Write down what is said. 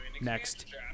next